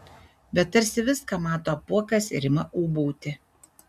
bet tarsi viską mato apuokas ir ima ūbauti